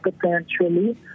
potentially